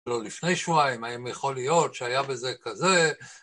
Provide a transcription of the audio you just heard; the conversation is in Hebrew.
לא, לפני שבועיים, האם יכול להיות שהיה בזה כזה?